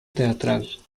teatral